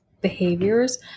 behaviors